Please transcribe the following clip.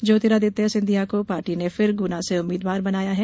ज्योतिरादित्य सिंधिया को पार्टी ने फिर गुना से उम्मीदवार बनाया है